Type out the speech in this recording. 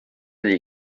dir